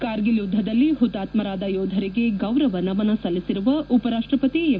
ಕಾರ್ಗಿಲ್ ಯುದ್ದದಲ್ಲಿ ಹುತಾತ್ಮರಾದ ಯೋಧರಿಗೆ ಗೌರವ ನಮನ ಸಲ್ಲಿಸಿರುವ ಉಪರಾಷ್ಟಪತಿ ಎಂ